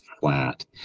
flat